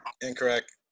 Incorrect